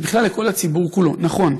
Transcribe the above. ובכלל לכל הציבור כולו: נכון,